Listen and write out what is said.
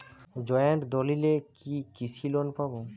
Joint দলিলে কি কৃষি লোন পাব?